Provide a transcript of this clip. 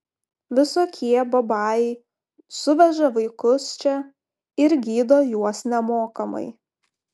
visokie babajai suveža vaikus čia ir gydo juos nemokamai